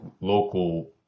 local